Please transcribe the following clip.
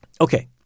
okay